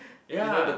ya